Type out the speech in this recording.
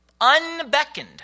Unbeckoned